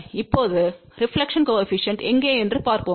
இப்போது reflection coefficient எங்கே என்று பார்ப்போம்